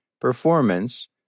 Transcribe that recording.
performance